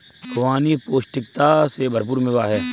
खुबानी पौष्टिकता से भरपूर मेवा है